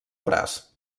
braç